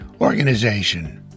organization